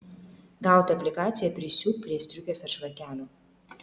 gautą aplikaciją prisiūk prie striukės ar švarkelio